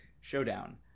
showdown